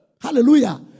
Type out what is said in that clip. Hallelujah